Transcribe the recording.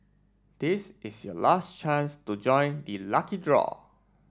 this is your last chance to join the lucky draw